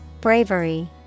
Bravery